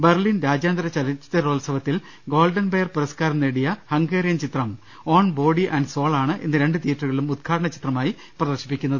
Berlin രാജ്യാന്തര ചല ച്ചിത്രോത്സവത്തിൽ ഗോൾഡൻ ബെയർ പുരസ്കാരം നേടിയ ഹംഗേറി യൻ ചിത്രം ഓൺ ബോഡി ആന്റ് സോൾ ആണ് ഇന്ന് രണ്ട് തീയ്യറ്റുക ളിലും ഉദ്ഘാടനച്ചിത്രമായി പ്രദർശിപ്പിക്കുന്നത്